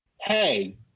hey